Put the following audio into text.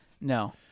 No